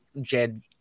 Jed